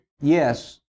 yes